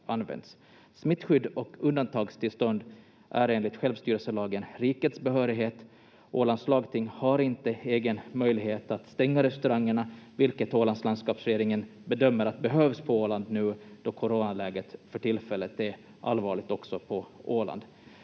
Smittskydd och undantagstillstånd är enligt självstyrelselagen rikets behörighet. Ålands lagting har inte egen möjlighet att stänga restaurangerna, vilket Ålands landskapsregering bedömer att behövs på Åland nu då coronaläget för tillfället är allvarligt också på Åland.